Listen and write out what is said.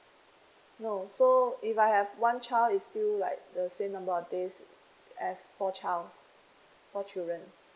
no so if I have one child is still like the same number of days as four child four children